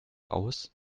aus